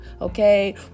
okay